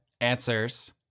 answers